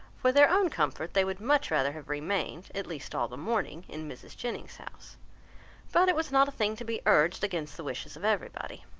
for their own comfort they would much rather have remained, at least all the morning, in mrs. jennings's house but it was not a thing to be urged against the wishes of everybody.